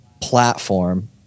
platform